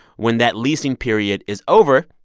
when that leasing period is over,